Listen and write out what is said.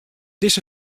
dizze